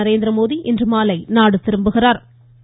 நரேந்திரமோடி இன்றுமாலை நாடு திரும்புகிறாா்